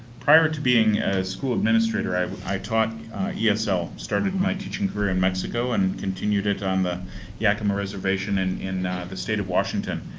prior to being school administrator, i but i taught esl, yeah so started my teaching career in mexico and continued it on the yakima reservation and in the state of washington.